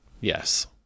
Yes